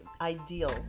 Ideal